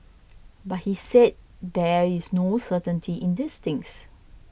but he said there is no certainty in these things